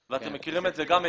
ואתם מכירים את זה היטב.